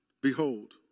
Behold